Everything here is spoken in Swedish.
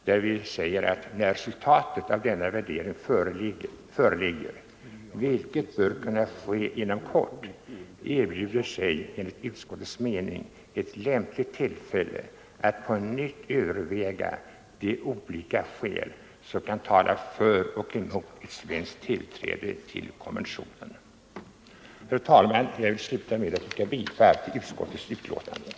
Det heter där: ”När resultatet av denna värdering föreligger, vilket bör kunna ske inom kort, erbjuder sig enligt utskottets mening ett lämpligt tillfälle att på nytt överväga de olika skäl som kan tala för och emot ett svenskt tillträde till konventionen.” Herr talman! Jag vill sluta med att yrka bifall till utskottets hemställan.